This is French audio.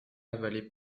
avalé